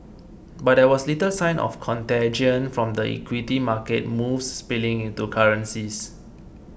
but there was little sign of contagion from the equity market moves spilling into currencies